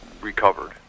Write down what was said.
recovered